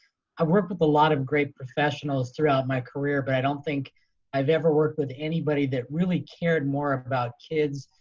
i've worked with a lot of great professionals throughout my career but i don't think i've ever worked with anybody that really cared more about kids,